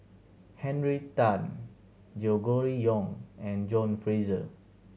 Henry Tan Yong and John Fraser